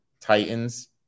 Titans